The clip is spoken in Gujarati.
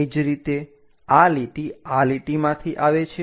તે જ રીતે આ લીટી આ લીટીમાંથી આવે છે